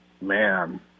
man